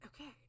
Okay